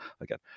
again